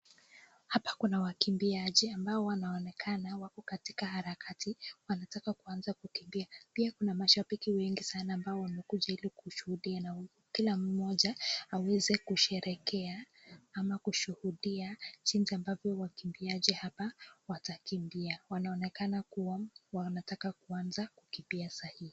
Hapa kuna wakimbiaji ambao wanaonekana wako katika harakati wanataka kuanza kukimbia. Pia kuna mashabiki wengi sana amabao wamekuja ili kushuhudia na kila mmoja aweze kusherekea ama kushuhudia jinsi ambavyo wakiambiaji hapa watakimbia. Wanaonekana kuwa wanataka kuanza kukimbia saa hii.